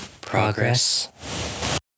Progress